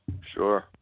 Sure